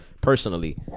personally